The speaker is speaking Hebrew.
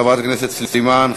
חברת הכנסת סלימאן.